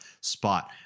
spot